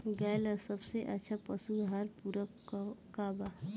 गाय ला सबसे अच्छा पशु आहार पूरक का बा?